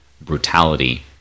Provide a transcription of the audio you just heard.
brutality